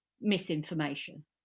misinformation